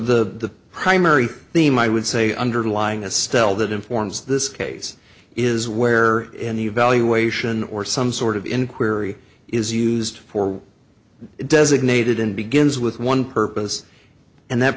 the primary theme i would say underlying a stele that informs this case is where an evaluation or some sort of inquiry is used for designated and begins with one purpose and that